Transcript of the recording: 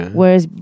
Whereas